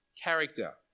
character